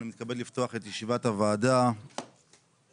אני מתכבד לפתוח את ישיבת ועדת העבודה והרווחה.